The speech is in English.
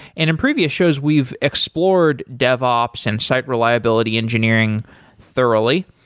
and in previous shows we've explored devops and site reliability engineering thoroughly.